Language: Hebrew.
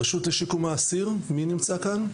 הרשות לשיקום האסיר, בבקשה.